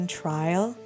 trial